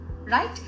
Right